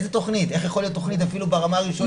איך יכולה להיות תכנית אפילו ברמה הראשונית,